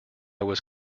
was